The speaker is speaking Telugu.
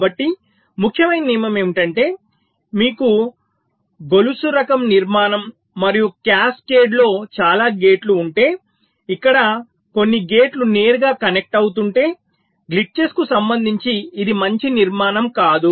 కాబట్టి ముఖ్యమైన నియమం ఏమిటంటే మీకు గొలుసు రకం నిర్మాణం మరియు క్యాస్కేడ్లో చాలా గేట్లు ఉంటే ఇక్కడ కొన్ని గేట్లు నేరుగా కనెక్ట్ అవుతుంటే గ్లిట్చెస్కు సంబంధించి ఇది మంచి నిర్మాణం కాదు